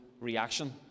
reaction